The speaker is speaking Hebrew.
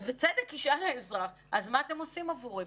אז בצדק ישאל האזרח: אז מה אתם עושים עבורי?